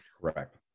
Correct